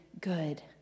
good